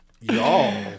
Y'all